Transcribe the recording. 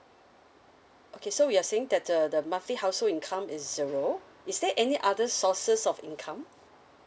okay so you're saying that the the monthly household income is zero is there any other sources of income